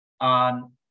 on